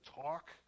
talk